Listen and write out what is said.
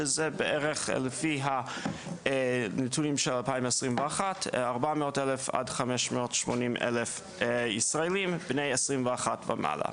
שזה בערך לפי הנתונים של 2021 400,000 עד 580,000 ישראלים בני 21 ומעלה.